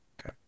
Okay